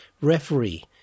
Referee